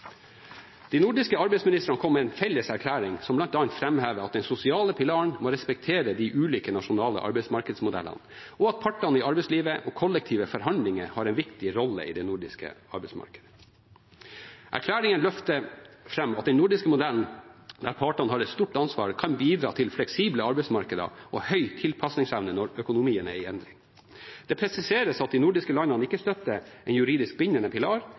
De nordiske arbeidsministrene kom med en felles erklæring som bl.a. framhever at den sosiale pilaren må respektere de ulike nasjonale arbeidsmarkedsmodellene, og at partene i arbeidslivet og kollektive forhandlinger har en viktig rolle i det nordiske arbeidsmarkedet. Erklæringen løfter fram at den nordiske modellen, der partene har et stort ansvar, kan bidra til fleksible arbeidsmarkeder og høy tilpasningsevne når økonomien er i endring. Det presiseres at de nordiske landene ikke støtter en juridisk bindende pilar,